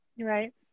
Right